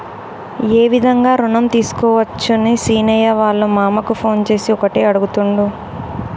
ఏ విధంగా రుణం తీసుకోవచ్చని సీనయ్య వాళ్ళ మామ కు ఫోన్ చేసి ఒకటే అడుగుతుండు